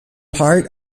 part